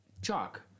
chalk